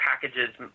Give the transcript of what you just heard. packages